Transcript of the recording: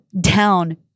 down